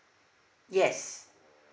yes